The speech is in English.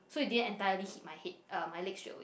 so it didn't entirely hit my head um my leg straight away